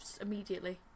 immediately